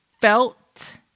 felt